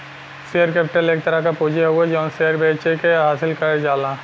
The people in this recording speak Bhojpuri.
शेयर कैपिटल एक तरह क पूंजी हउवे जौन शेयर बेचके हासिल करल जाला